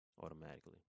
automatically